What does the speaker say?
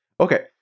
okay